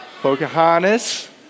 Pocahontas